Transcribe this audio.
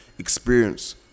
experience